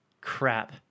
Crap